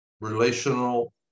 relational